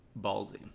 ballsy